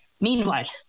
Meanwhile